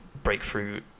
Breakthrough